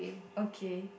okay